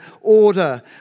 order